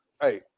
Hey